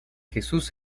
jesús